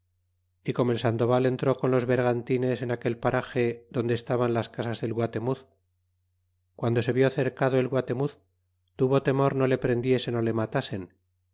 y como el sandoval entró con los bergantines en aquel paraje donde estaban las casas del guatemuz guando se vi cercado el guatermiz tuvo ternos no le prendiesen ó le matasen